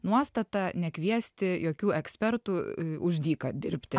nuostata nekviesti jokių ekspertų už dyką dirbti